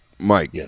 Mike